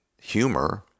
humor